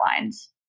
lines